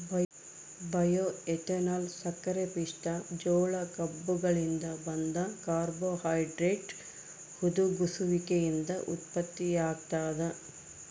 bioethanol ಸಕ್ಕರೆಪಿಷ್ಟ ಜೋಳ ಕಬ್ಬುಗಳಿಂದ ಬಂದ ಕಾರ್ಬೋಹೈಡ್ರೇಟ್ ಹುದುಗುಸುವಿಕೆಯಿಂದ ಉತ್ಪತ್ತಿಯಾಗ್ತದ